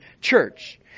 church